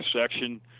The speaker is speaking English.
section